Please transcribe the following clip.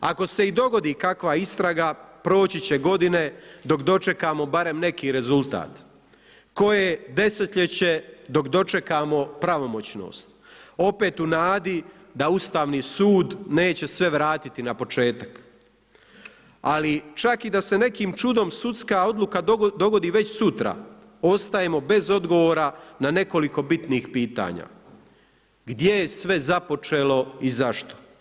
Ako se i dogodi kakva istraga proći će godine dok dočekamo barem neki rezultat, koje desetljeće dok dočekamo pravomoćnost, opet u nadi da Ustavni sud neće sve vratiti na početak, ali čak i da se nekim čudom sudska odluka dogodi već sutra, ostajemo bez odgovora na nekoliko bitnih pitanja, gdje je sve započelo i zašto?